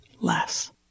less